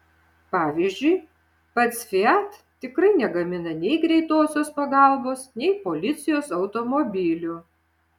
pavyzdžiui pats fiat tikrai negamina nei greitosios pagalbos nei policijos automobilių